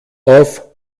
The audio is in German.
auf